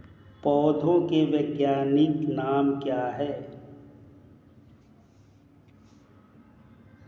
पौधों के वैज्ञानिक नाम क्या हैं?